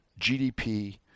GDP